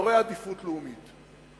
באזורי עדיפות לאומית,